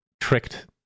tricked